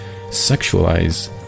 sexualize